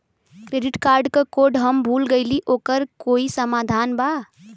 Credit card क code हम भूल गइली ओकर कोई समाधान बा?